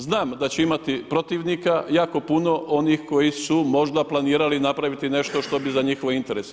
Znam da će imati protivnika jako puno onih koji su možda planirali napraviti nešto što bi za njihove interese.